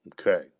okay